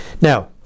now